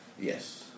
Yes